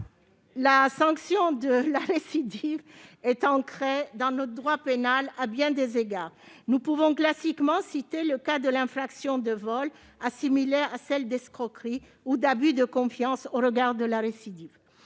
La sanction de la récidive est ancrée dans notre droit pénal à bien des égards. Nous pouvons classiquement citer le cas de l'infraction de vol, assimilée à celle d'escroquerie ou d'abus de confiance au regard de la récidive.